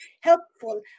helpful